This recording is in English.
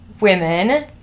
women